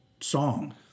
song